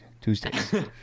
Tuesdays